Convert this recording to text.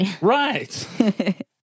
Right